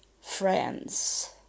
friends